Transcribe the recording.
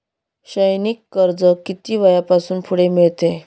शैक्षणिक कर्ज किती वयापासून पुढे मिळते?